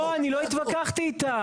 לא, אני לא התווכחתי איתה.